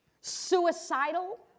suicidal